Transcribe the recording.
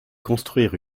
construire